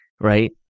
right